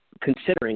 considering